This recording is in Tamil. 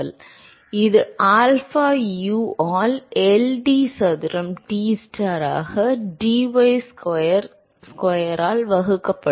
எனவே இது ஆல்பாவை U ஆல் L d சதுரம் Tstar ஆக dystar சதுரத்தால் வகுக்கப்படும்